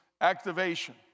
activation